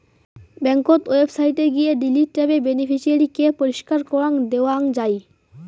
ব্যাংকোত ওয়েবসাইটে গিয়ে ডিলিট ট্যাবে বেনিফিশিয়ারি কে পরিষ্কার করাং দেওয়াং যাই